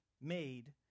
made